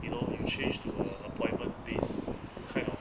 you know change to an appointment based kind of